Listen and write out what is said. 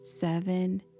seven